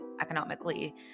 economically